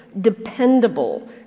dependable